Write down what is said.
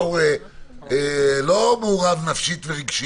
זה נראה לי יותר רחב.